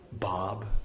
Bob